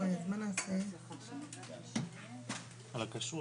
הישיבה ננעלה בשעה